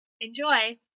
Enjoy